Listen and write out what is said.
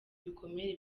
ibikomere